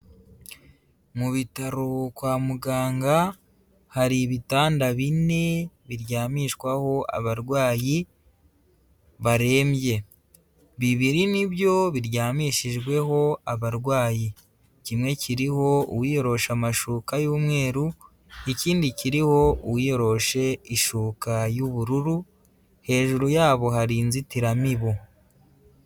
Mu bitaro kwa muganga hari ibitanda bine biryamishwaho abarwayi barembye, bibiri nibyo biryamishijweho abarwayi. Kimwe kiriho uwiyorosha amashuka y'umweru, ikindi kiriho uwiyoroshe ishuka y'ubururu. Hejuru y'abo hari inzitiramibu.